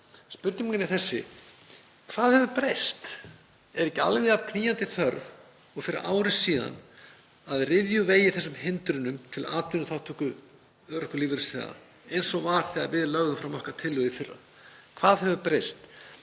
Spurningin er þessi: Hvað hefur breyst? Er ekki alveg jafn knýjandi þörf og fyrir ári til að ryðja úr vegi hindrunum til atvinnuþátttöku örorkulífeyrisþega, eins og var þegar við lögðum fram okkar tillögu í fyrra? Hvað hefur breyst?